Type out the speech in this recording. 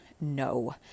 no